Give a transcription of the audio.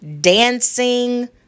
dancing